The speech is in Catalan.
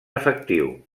efectiu